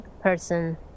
person